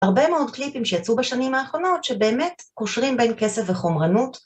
הרבה מאוד קליפים שיצאו בשנים האחרונות שבאמת קושרים בין כסף וחומרנות.